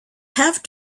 have